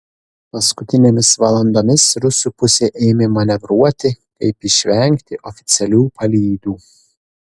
paskutinėmis valandomis rusų pusė ėmė manevruoti kaip išvengti oficialių palydų